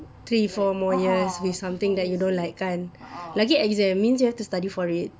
three four more years with something you don't like kan lagi exams means you have to study for it